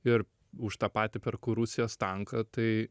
ir už tą patį perku rusijos tanką tai